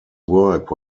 work